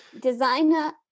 Designer